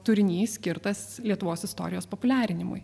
turinys skirtas lietuvos istorijos populiarinimui